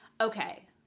Okay